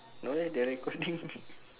no leh they recording